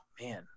man